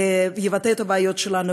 ויבטא את הבעיות שלנו,